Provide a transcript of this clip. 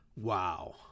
Wow